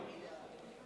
קדימה: